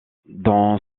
dans